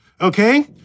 Okay